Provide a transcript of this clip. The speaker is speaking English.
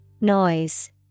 Noise